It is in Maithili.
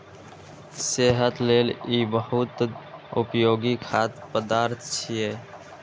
सेहत लेल ई बहुत उपयोगी खाद्य पदार्थ छियै